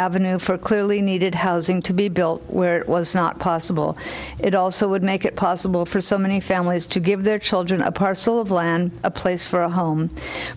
avenue for clearly needed housing to be built where it was not possible it also would make it possible for so many families to give their children a parcel of land a place for a home